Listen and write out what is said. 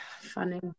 funny